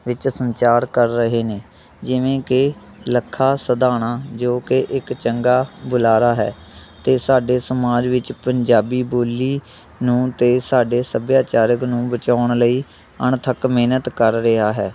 ਵਿੱਚ ਸੰਚਾਰ ਕਰ ਰਹੇ ਨੇ ਜਿਵੇਂ ਕਿ ਲੱਖਾ ਸਧਾਣਾ ਜੋ ਕਿ ਇੱਕ ਚੰਗਾ ਬੁਲਾਰਾ ਹੈ ਅਤੇ ਸਾਡੇ ਸਮਾਜ ਵਿੱਚ ਪੰਜਾਬੀ ਬੋਲੀ ਨੂੰ ਅਤੇ ਸਾਡੇ ਸੱਭਿਆਚਾਰਕ ਨੂੰ ਬਚਾਉਣ ਲਈ ਅਣਥੱਕ ਮਿਹਨਤ ਕਰ ਰਿਹਾ ਹੈ